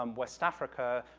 um west africa,